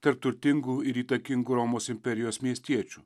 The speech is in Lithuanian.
tarp turtingų ir įtakingų romos imperijos miestiečių